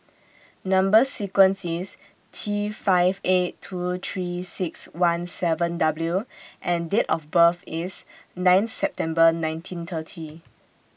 Number sequence IS T five eight two three six one seven W and Date of birth IS nine September nineteen thirty